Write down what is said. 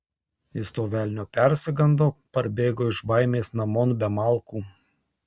jis to velnio persigando parbėgo iš baimės namon be malkų